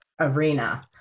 arena